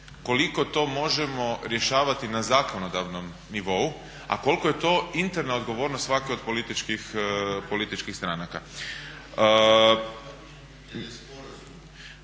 koliko to možemo rješavati na zakonodavnom nivou a koliko je to interna odgovornost svake od političkih stranaka.